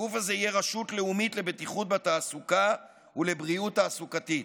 הגוף הזה יהיה רשות לאומית לבטיחות בתעסוקה ולבריאות תעסוקתית.